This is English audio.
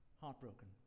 heartbroken